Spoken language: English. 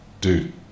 dude